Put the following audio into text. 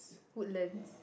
Woodlands